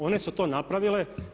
One su to napravile.